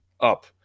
up